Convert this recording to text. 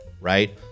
right